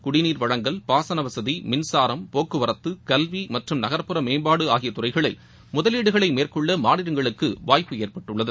குடிநீர் வழங்கல் பாசன வசதி மின்னரம் போக்குவரத்து கல்வி மற்றும் நகர்புற மேம்பாடு ஆகிய துறைகளில் முதலீடுகளை மேற்கொள்ள மாநிலங்களுக்கு வாய்ப்பு ஏற்பட்டுள்ளது